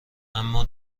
اما